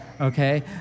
okay